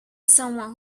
someone